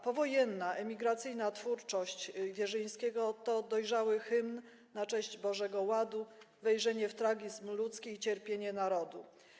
Powojenna, emigracyjna twórczość Wierzyńskiego to dojrzały hymn na cześć Bożego ładu, wejrzenie w tragizm ludzki i cierpienie narodu.